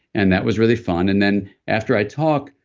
and that was really fun. and then after i talk,